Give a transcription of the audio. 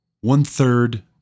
one-third